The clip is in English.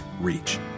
reach